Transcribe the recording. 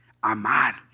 amar